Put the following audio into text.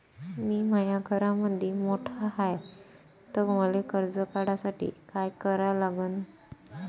मी माया घरामंदी मोठा हाय त मले कर्ज काढासाठी काय करा लागन?